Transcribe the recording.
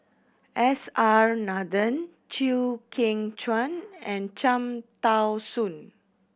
S R Nathan Chew Kheng Chuan and Cham Tao Soon